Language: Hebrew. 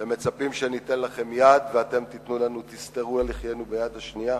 אתם מצפים שניתן לכם יד ואתם תסטרו על לחיינו ביד השנייה?